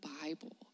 Bible